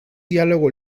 diálogo